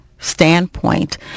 Standpoint